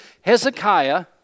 Hezekiah